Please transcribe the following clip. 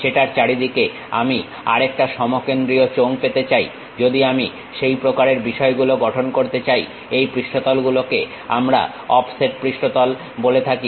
সেটার চারিদিকে আমি আরেকটা সমকেন্দ্রীয় চোঙ পেতে চাই যদি আমি সেই প্রকারের বিষয়গুলো গঠন করতে চাই এই পৃষ্ঠতল গুলোকে আমরা অফসেট পৃষ্ঠতল বলে থাকি